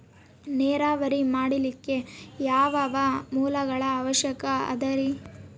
ನೇರಾವರಿ ಮಾಡಲಿಕ್ಕೆ ಯಾವ್ಯಾವ ಮೂಲಗಳ ಅವಶ್ಯಕ ಅದರಿ?